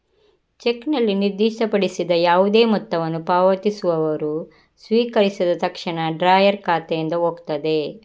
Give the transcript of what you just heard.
ಚೆಕ್ನಲ್ಲಿ ನಿರ್ದಿಷ್ಟಪಡಿಸಿದ ಯಾವುದೇ ಮೊತ್ತವನ್ನು ಪಾವತಿಸುವವರು ಸ್ವೀಕರಿಸಿದ ತಕ್ಷಣ ಡ್ರಾಯರ್ ಖಾತೆಯಿಂದ ಹೋಗ್ತದೆ